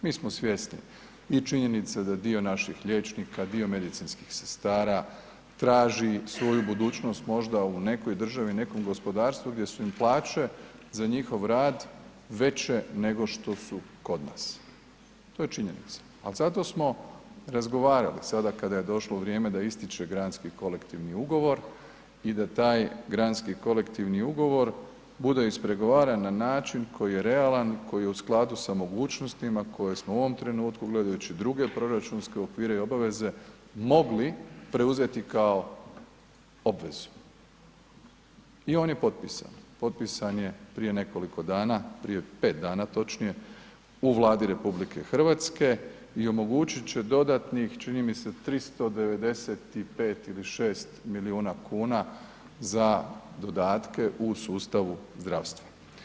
Mi smo svjesni i činjenice da dio naših liječnika, dio medicinskih sestara traži svoju budućnost možda u nekoj državi, nekom gospodarstvu, gdje su im plaće za njihov rad veće nego što su kod nas, to je činjenica, al zato smo razgovarali sada kada je došlo vrijeme da ističe Granski kolektivni ugovor i da taj Granski kolektivni ugovor bude ispregovaran na način koji je realan, koji je u skladu sa mogućnostima koje smo u ovom trenutku gledajući druge proračunske okvire i obaveze mogli preuzeti kao obvezu i on je potpisan, potpisan je prije nekoliko dana, prije 5 dana točnije u Vladi RH i omogućit će dodatnih, čini mi se 395 ili 6 milijuna kuna za dodatke u sustavu zdravstva.